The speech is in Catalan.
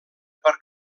per